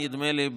נדמה לי,